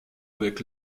avec